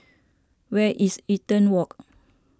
where is Eaton Walk